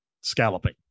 scalloping